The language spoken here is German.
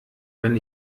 wenn